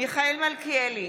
מיכאל מלכיאלי,